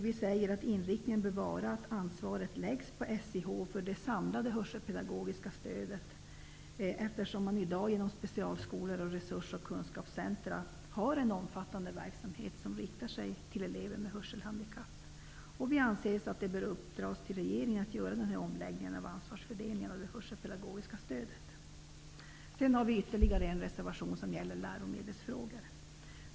Vi säger att inriktningen bör vara att ansvaret läggs på SIH för det samlade hörselpedagogiska stödet, eftersom man i dag inom specialskolor och resursoch kunskapscentra har en omfattande verksamhet som riktar sig till elever med hörselhandikapp. Vi anser att det bör uppdras till regeringen att göra den här omläggningen av ansvarsfördelningen av det hörselpedagogiska stödet. Sedan har vi ytterligare en reservation som gäller läromedelsfrågor.